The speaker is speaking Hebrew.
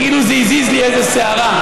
כאילו זה הזיז לי איזו שערה,